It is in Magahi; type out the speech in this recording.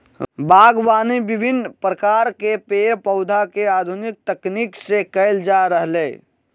बागवानी विविन्न प्रकार के पेड़ पौधा के आधुनिक तकनीक से कैल जा रहलै